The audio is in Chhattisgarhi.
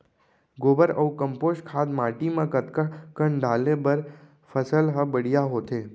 गोबर अऊ कम्पोस्ट खाद माटी म कतका कन डाले बर फसल ह बढ़िया होथे?